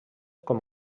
com